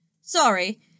Sorry